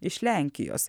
iš lenkijos